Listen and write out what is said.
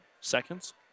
Seconds